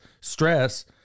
stress